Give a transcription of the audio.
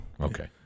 Okay